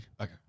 Okay